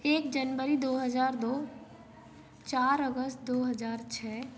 एक जनवरी दो हज़ार दो चार अगस्त दो हज़ार छः